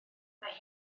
mae